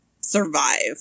survive